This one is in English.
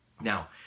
Now